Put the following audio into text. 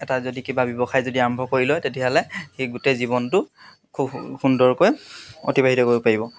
এটা যদি কিবা ব্যৱসায় যদি আৰম্ভ কৰি লয় তেতিয়াহ'লে সেই গোটেই জীৱনটো খুব সুন্দৰকৈ অতিবাহিত কৰিব পাৰিব